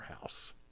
house